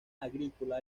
agrícola